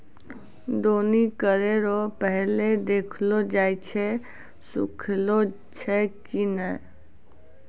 दौनी करै रो पहिले देखलो जाय छै सुखलो छै की नै